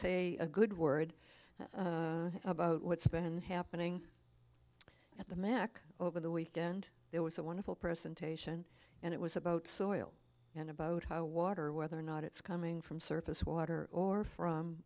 say a good word about what's been happening at the mac over the weekend there was a wonderful person taishan and it was about soil and about how water whether or not it's coming from surface water or from